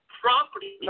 property